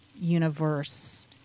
universe